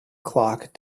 clock